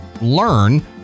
learn